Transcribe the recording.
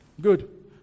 Good